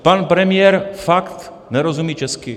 Pan premiér fakt nerozumí česky.